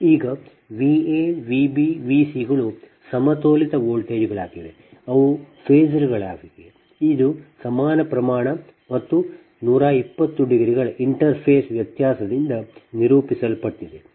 ಈಗ V a V b V c ಗಳು ಸಮತೋಲಿತ ವೋಲ್ಟೇಜ್ಗಳಾಗಿವೆ ಅದು ಫೇಸರ್ ಗಳಾಗಿವೆ ಇದು ಸಮಾನ ಪ್ರಮಾಣ ಮತ್ತು 120 ಡಿಗ್ರಿಗಳ ಇಂಟರ್ಫೇಸ್ ವ್ಯತ್ಯಾಸದಿಂದ ನಿರೂಪಿಸಲ್ಪಟ್ಟಿದೆ